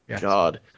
God